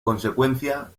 consecuencia